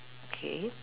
okay